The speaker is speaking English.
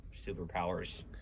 superpowers